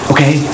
Okay